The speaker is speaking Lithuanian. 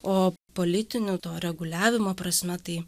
o politinio to reguliavimo prasme tai